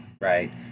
right